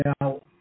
now